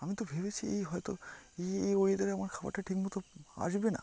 আমি তো ভেবেছি এই হয়তো এএই ওয়েদারে আমার খাবারটা ঠিকমতো আসবে না